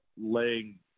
laying